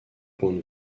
points